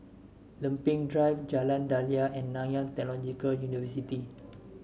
Lempeng Drive Jalan Daliah and Nanyang Technological University